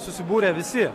susibūrę visi